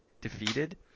defeated